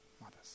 mothers